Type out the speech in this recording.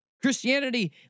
Christianity